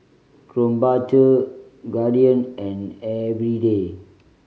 Krombacher Guardian and Eveready